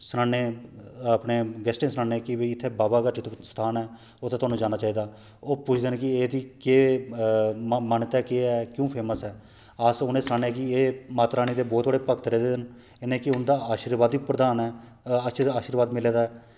सनाने अपने गेस्टें गी सनाने कि भई इत्थै बाबा घार जित्तो स्थान ऐ उत्थै तुसेंगी जाना चाहिदा ओह् पुछदे ना कि इत्थै मान्यता केह् ऐ क्यों फेमस ऐ अस उनेंगी सनानें कि एह् माता रानी दे बहुत बड़े भक्त रेह्दे न इनेंगी उंदा आशिर्बाद बी प्रदान ऐ आशिर्बाद आशिर्बाद मिले दा ऐ